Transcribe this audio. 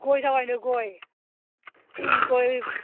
गय जावैनो गय गय